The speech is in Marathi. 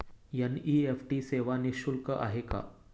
एन.इ.एफ.टी सेवा निःशुल्क आहे का?